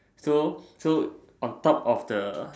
so so on top of the